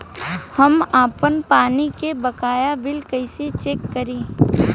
हम आपन पानी के बकाया बिल कईसे चेक करी?